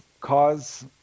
cause